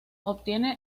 obtiene